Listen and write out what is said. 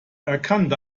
erkannte